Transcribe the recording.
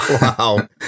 Wow